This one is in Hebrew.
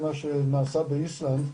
מה שנעשה באיסלנד,